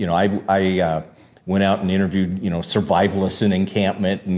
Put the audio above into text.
you know i mean i went out and interviewed you know survivalists in encampment, and